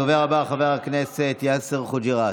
הדובר הבא, חבר הכנסת יאסר חוג'יראת,